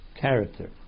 character